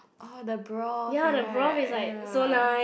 orh the broth right ya